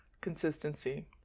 consistency